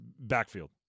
backfield